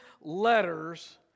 letters